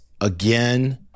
again